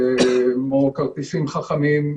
כמו כרטיסים חכמים,